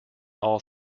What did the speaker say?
all